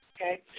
Okay